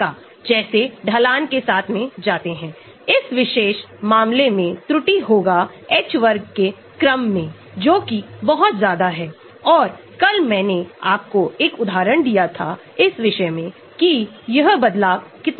हमने एक electronic descriptors के साथ शुरुआत की अथवा इसे बेंजोइक एसिड के प्रतिस्थापित हेममेट dissociation constants द्वारा उपयोग किया जाता है